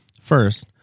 First